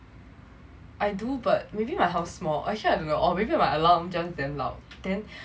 I do but maybe my house small actually I don't know maybe my alarm just damn loud then